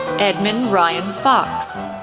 edmon ryan fox,